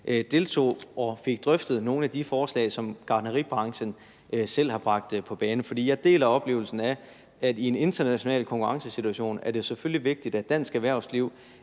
deltog og fik drøftet nogle af de forslag, som gartneribranchen selv har bragt på bane. For jeg deler oplevelsen af, at i en international konkurrencesituation er det selvfølgelig vigtigt, at dansk erhvervsliv